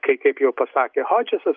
kai kaip jau pasakė hodžisas